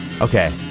Okay